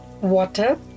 water